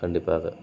கண்டிப்பாக